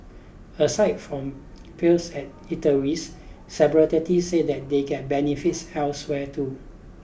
aside from perks at eateries said that they get benefits elsewhere too